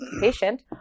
patient